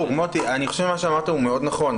מוטי, אני חושב שמה שאמרת מאוד נכון.